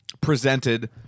presented